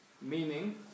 Meaning